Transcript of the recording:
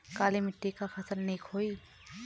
काली मिट्टी क फसल नीक होई?